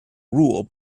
rule